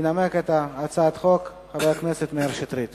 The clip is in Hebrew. אושרה בקריאה טרומית